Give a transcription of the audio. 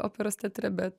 operos teatre bet